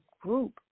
group